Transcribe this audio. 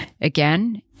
Again